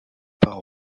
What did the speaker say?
par